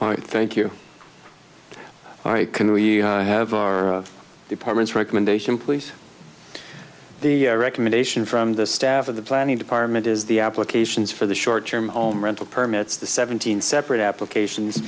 units thank you all right can we have our department's recommendation please the recommendation from the staff of the planning department is the applications for the short term home rental permits the seventeen separate applications